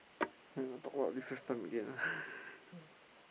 then you want to talk about recess time again ah